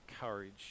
courage